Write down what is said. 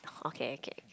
okay okay